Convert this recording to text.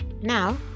Now